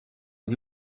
und